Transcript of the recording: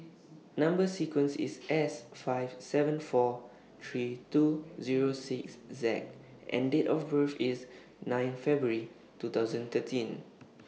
Number sequence IS S five seven four three two Zero six Z and Date of birth IS nine February two thousand thirteen